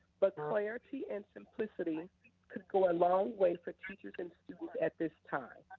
but clarity and simplicity could go a long way for teachers and students at this time.